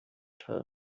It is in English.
tell